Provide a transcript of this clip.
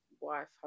wife